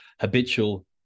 habitual